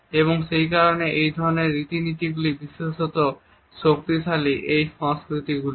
এবং সেই কারণে এই ধরনের রীতি নীতি গুলি বিশেষত শক্তিশালী এই সংস্কৃতি গুলিতে